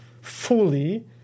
fully